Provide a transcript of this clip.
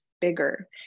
bigger